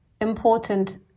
important